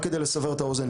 רק כדי לסבר את האוזן,